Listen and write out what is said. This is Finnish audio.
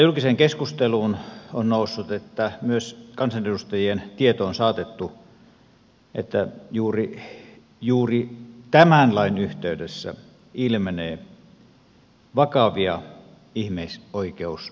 julkiseen keskusteluun on noussut sekä myös kansanedustajien tietoon saatettu että juuri tämän lain yhteydessä ilmenee vakavia ihmisoi keusongelmia